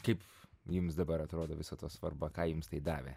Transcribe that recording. kaip jums dabar atrodo viso to svarba ką jums tai davė